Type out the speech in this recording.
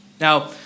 Now